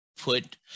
put